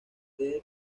usado